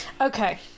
Okay